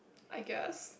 I guess